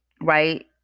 Right